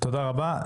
תודה רבה.